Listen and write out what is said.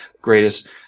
greatest